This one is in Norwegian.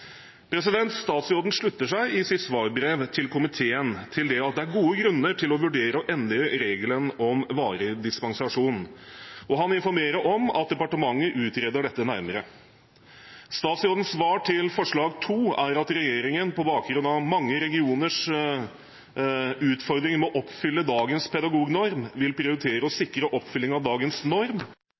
barnehagelærer. Statsråden slutter seg i sitt svarbrev til komiteen til det at det er gode grunner til å vurdere å endre regelen om varig dispensasjon, og han informerer om at departementet utreder dette nærmere. Statsrådens svar til forslag nr. 2 er at regjeringen på bakgrunn av mange regioners utfordringer med å oppfylle dagens pedagognorm vil prioritere å sikre oppfylling av dagens norm